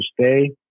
stay